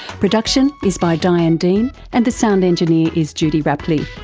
production is by diane dean and the sound engineer is judy rapley.